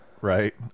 right